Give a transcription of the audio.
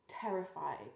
terrified